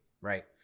Right